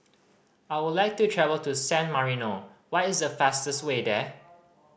I would like to travel to San Marino what is the fastest way there